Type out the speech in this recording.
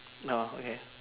ah okay